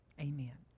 Amen